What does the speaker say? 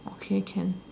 okay can